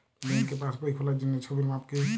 ব্যাঙ্কে পাসবই খোলার জন্য ছবির মাপ কী?